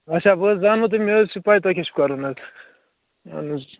اَچھا بہٕ حظ زانہو تہٕ مےٚ حظ چھِ پَے تۄہہِ کیٛاہ چھُ کَرُن حظ اَہَن حظ